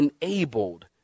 enabled